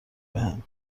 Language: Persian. بهم